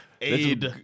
aid